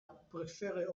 prefere